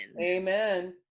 Amen